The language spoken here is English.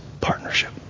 partnership